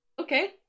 Okay